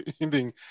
ending